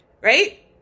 right